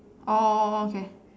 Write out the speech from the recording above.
oh oh oh okay